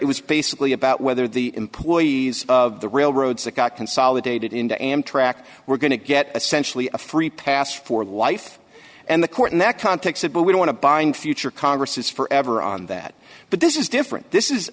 it was basically about whether the employees of the railroads that got consolidated into amtrak were going to get a free pass for life and the court in that context it would want to bind future congresses forever on that but this is different